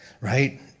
right